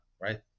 right